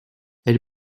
elle